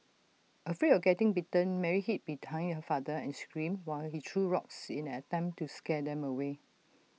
afraid of getting bitten Mary hid behind her father and screamed while he threw rocks in an attempt to scare them away